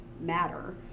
matter